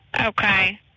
Okay